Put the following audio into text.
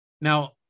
Now